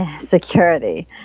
security